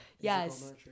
Yes